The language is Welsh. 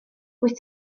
rwyt